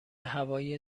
هوای